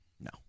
No